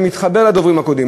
ואני מתחבר לדוברים הקודמים,